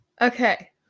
Okay